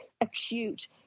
acute